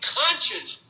conscience